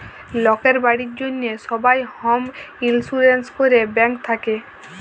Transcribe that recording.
লকের বাড়ির জ্যনহে সবাই হম ইলসুরেলস ক্যরে ব্যাংক থ্যাকে